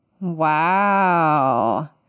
Wow